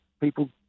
people